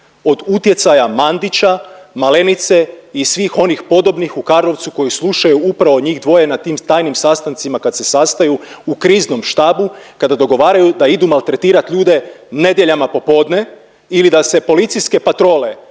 od utjecaja Mandića, Malenice i svih onih podobnih u Karlovcu koji slušaju upravo njih dvoje na tim tajnim sastancima kad se sastaju u kriznom štabu kada dogovaraju da idu maltretirat ljude nedjeljama popodne ili da se policijske patrole